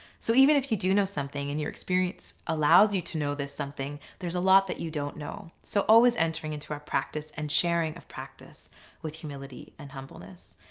so even if you do know something and your experience allows you to know this something there's a lot that you don't know. so always entering into our practice and sharing of practice with humility and humbleness.